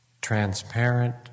transparent